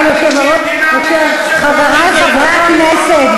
חברי חברי הכנסת,